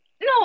No